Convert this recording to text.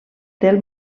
del